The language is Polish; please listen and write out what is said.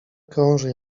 krąży